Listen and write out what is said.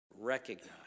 recognize